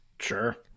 Sure